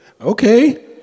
okay